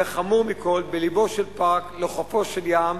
וחמור מכול, בלבו של פארק, לחופו של ים,